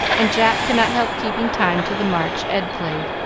and jack could not help keeping time to the march ed played,